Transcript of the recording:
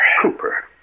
Cooper